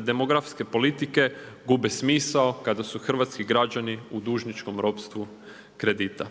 demografske politike gube smisao kada su hrvatski građani u dužničkom ropstvu kredita.